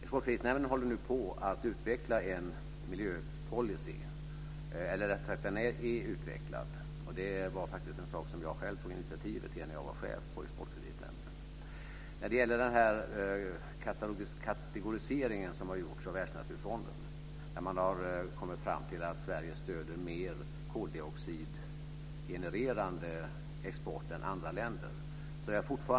Exportkreditnämnden har nu utvecklat en miljöpolicy. Det var faktiskt något som jag själv tog initiativet till när jag var chef för Exportkreditnämnden. Jag är fortfarande inte övertygad om riktigheten i den kategorisering som har gjorts av Världsnaturfonden innebärande att Sverige stöder mer koldioxidgenerande export än andra länder.